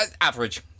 average